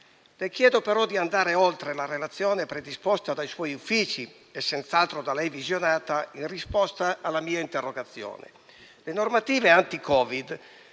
Le chiedo però di andare oltre la relazione predisposta dai suoi uffici e senz'altro da lei visionata in risposta alla mia interrogazione. Le normative anti-Covid